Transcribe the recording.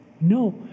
No